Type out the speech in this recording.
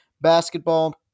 basketball